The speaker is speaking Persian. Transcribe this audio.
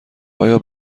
آیا